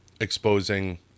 exposing